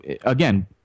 again